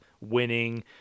winning